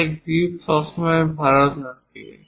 যাতে গ্রিপ সবসময় ভাল থাকে